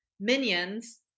minions